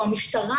או המשטרה,